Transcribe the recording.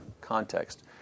context